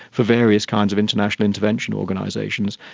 for various kinds of international intervention organisations.